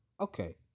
Okay